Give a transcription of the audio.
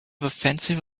offensive